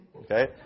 okay